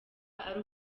ari